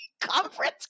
conference